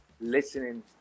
listening